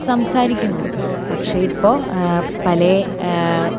സംസാരിക്കുന്നതും പക്ഷെ ഇപ്പോൾ പല